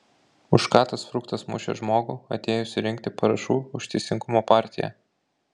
už ką tas fruktas mušė žmogų atėjusį rinkti parašų už teisingumo partiją